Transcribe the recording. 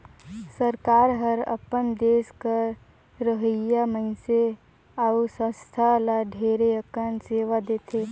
सरकार हर अपन देस कर रहोइया मइनसे अउ संस्था ल ढेरे अकन सेवा देथे